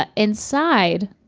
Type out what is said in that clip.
ah inside,